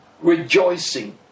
rejoicing